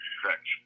Correct